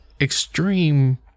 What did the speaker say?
extreme